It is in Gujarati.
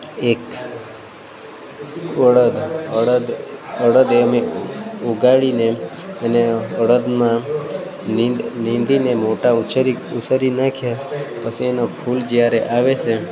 એક અડદ અડદ પણ અમે ઉગાડીને એને અડદમાં નિંદિને મોટા ઉછેરી નાખ્યા પછી એનું ફૂલ જ્યારે આવે છે